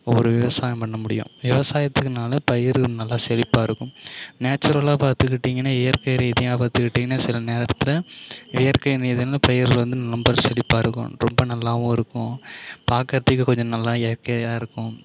ஒரு விவசாயம் பண்ண முடியும் விவசாயத்துக்குனால பயிர் நல்லா செழிப்பாக இருக்கும் நேச்சுரலாக பார்த்துக்கிட்டிங்கன்னா இயற்கை ரீதியாக பார்த்துக்கிட்டிங்கன்னா சில நேரத்தில் இயற்கை ரீதியான பயிர் வந்து ரொம்ப செழிப்பாக இருக்கும் ரொம்ப நல்லாவும் இருக்கும் பார்க்கறதுக்கு கொஞ்சம் நல்லா இயற்கையாக இருக்கும்